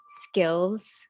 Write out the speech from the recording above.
skills